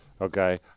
okay